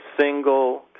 single